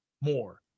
more